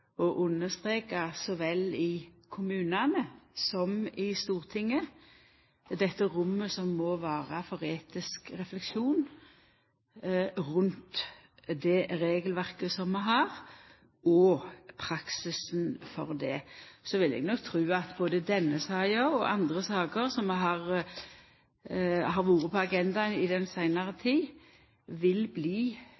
å understreka, så vel i kommunane som i Stortinget, dette rommet som må vera for etisk refleksjon rundt det regelverket vi har, og praksisen for det. Så vil eg nok tru at både denne saka og andre saker som har vore på agendaen i den seinare